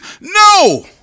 No